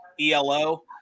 ELO